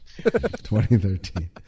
2013